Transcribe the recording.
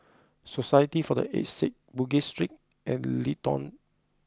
society for the Aged Sick Bugis Street and Leedon